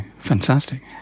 fantastic